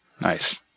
Nice